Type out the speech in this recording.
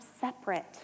separate